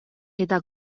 eta